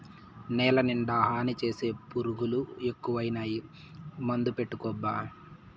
నేలనిండా హాని చేసే పురుగులు ఎక్కువైనాయి మందుకొట్టబ్బా